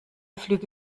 flüge